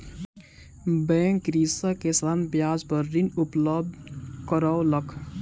bank कृषक के साधारण ब्याज पर ऋण उपलब्ध करौलक